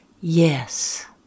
Yes